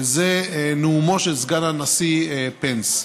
וזה נאומו של סגן הנשיא פנס.